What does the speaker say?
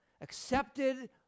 accepted